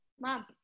mom